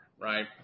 right